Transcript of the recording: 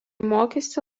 mokėsi